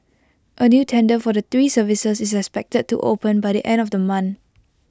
A new tender for the three services is expected to open by the end of the month